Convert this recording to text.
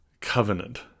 covenant